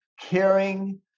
caring